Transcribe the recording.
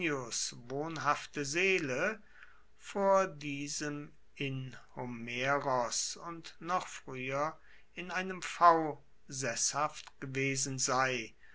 wohnhafte seele vor diesem in horneros und noch frueher in einem pfau sesshaft gewesen sei